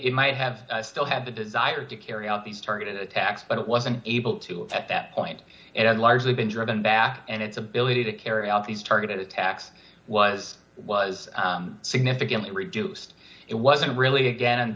it might have still had the desire to carry out these targeted attacks but it wasn't able to at that point it had largely been driven back and its ability to carry out these targeted attacks was was significantly reduced it wasn't really again